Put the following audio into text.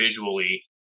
visually